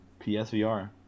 PSVR